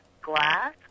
glass